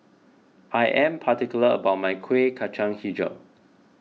I am particular about my Kueh Kacang HiJau